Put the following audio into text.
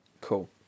cool